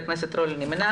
1 אושר חבר הכנסת רול נמנע.